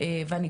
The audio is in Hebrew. כמו גם